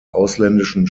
ausländischen